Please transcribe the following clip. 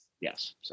Yes